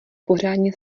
pořádně